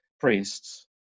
priests